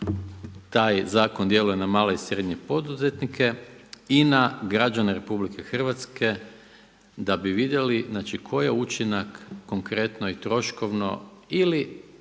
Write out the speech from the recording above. taj zakon djeluje na male i srednje poduzetnike i na građane RH da bi vidjeli, znači koji je učinak konkretno i troškovno ili